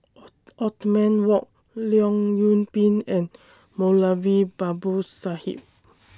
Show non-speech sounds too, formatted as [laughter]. [unintelligible] Othman Wok Leong Yoon Pin and Moulavi Babu Sahib